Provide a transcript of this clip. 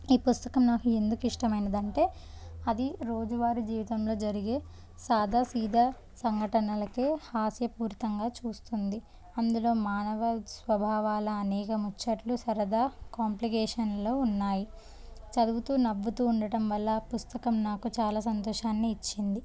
ఈ పుస్తకం నాకు ఎందుకు ఇష్టమైనదంటే అది రోజువారి జీవితంలో జరిగే సాదా సీదా సంఘటనలకే హాస్యపూరితంగా చూస్తుంది అందులో మానవ స్వభావాల అనేక ముచ్చట్లు సరదా కాంప్లికేషన్లో ఉన్నాయి చదువుతూ నవ్వుతూ ఉండటం వల్ల పుస్తకం నాకు చాలా సంతోషాన్ని ఇచ్చింది